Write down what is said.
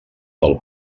del